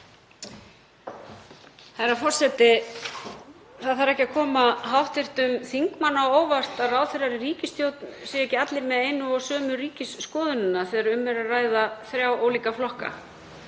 Herra forseti. Það þarf ekki að koma hv. þingmanni á óvart að ráðherrar í ríkisstjórn séu ekki allir með einu og sömu ríkisskoðunina þegar um er að ræða þrjá ólíka flokka.